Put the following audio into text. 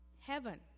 heaven